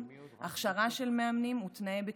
הכשרה של מאמנים ותנאי בטיחות.